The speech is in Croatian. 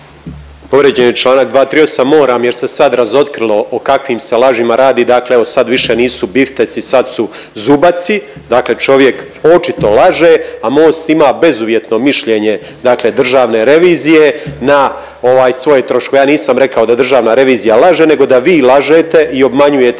Povrijeđen je članak 238. Moram jer se sad razotkrilo o kakvim se lažima radi. Dakle, evo sad više nisu bifteci, sad su zubaci. Dakle, čovjek očito laže, a Most ima bezuvjetno mišljenje, dakle Državne revizije na svoje troškove. Ja nisam rekao da Državna revizija laže nego da vi lažete i obmanjujete